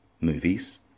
Movies